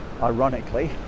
ironically